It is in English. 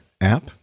app